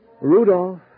Rudolph